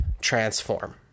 transform